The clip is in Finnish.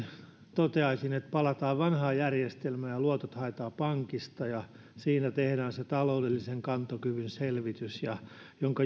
toteaisin että palataan vanhaan järjestelmään niin että luotot haetaan pankista ja siinä tehdään se taloudellisen kantokyvyn selvitys jonka